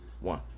One